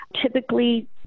typically